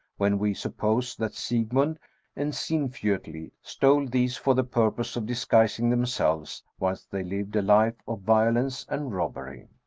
when we suppose that sigmund and sinfjotli stole these for the purpose of disguising them selves, whilst they lived a life of violence and robbery.